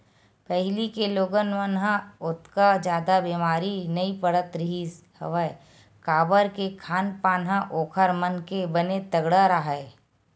पहिली के लोगन मन ह ओतका जादा बेमारी नइ पड़त रिहिस हवय काबर के खान पान ह ओखर मन के बने तगड़ा राहय